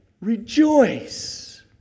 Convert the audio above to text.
rejoice